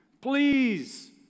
Please